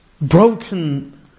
broken